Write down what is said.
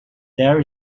there